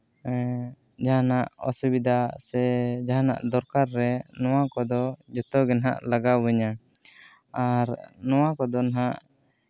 ᱡᱟᱦᱟᱱᱟᱜ ᱚᱥᱩᱵᱤᱫᱷᱟ ᱥᱮ ᱡᱟᱦᱟᱱᱟᱜ ᱫᱚᱨᱠᱟᱨ ᱨᱮ ᱱᱚᱣᱟ ᱠᱚᱫᱚ ᱡᱚᱛᱚᱜᱮ ᱦᱟᱸᱜ ᱞᱟᱜᱟᱣ ᱤᱧᱟᱹ ᱟᱨ ᱱᱚᱣᱟ ᱠᱚᱫᱚ ᱦᱟᱸᱜ